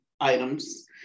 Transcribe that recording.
items